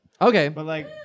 Okay